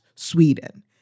sweden